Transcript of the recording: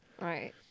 right